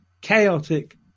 chaotic